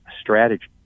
strategy